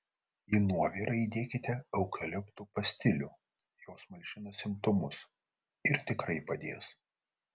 į nuovirą įdėkite eukaliptu pastilių jos malšina simptomus ir tikrai padės